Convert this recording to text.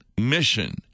mission